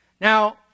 Now